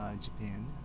Japan